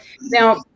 now